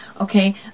okay